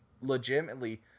legitimately